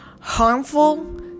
harmful